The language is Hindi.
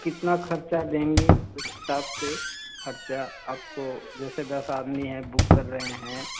कितना ख़र्चा देंगे उस हिसाब से ख़र्चा आपको जैसे दस आदमी हैं बुक कर रहें हैं